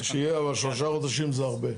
שיהיה, אבל שלושה חודשים זה הרבה.